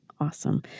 Awesome